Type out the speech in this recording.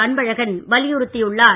அன்பழகன் வலியுறுத்தியுள்ளார்